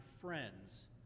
friends